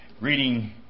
reading